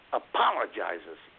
apologizes